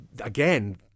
again